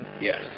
Yes